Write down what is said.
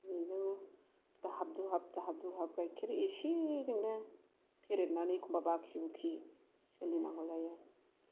बेजोंनो दाबहाब दुहाब दाहाब दुहाब गायखेर एसे जोंनो फेरेदनानै एखमबा बाखि बुखि सोलिनांगौ जायो